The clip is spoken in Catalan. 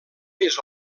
més